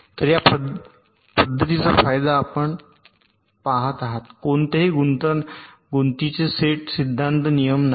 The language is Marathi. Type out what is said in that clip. तर या पद्धतीचा फायदा आपण येथे पाहत आहात कोणतेही गुंतागुंतीचे सेट सिद्धांत नियम नाहीत